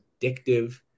addictive